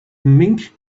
mink